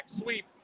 sweep